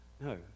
No